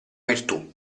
virtù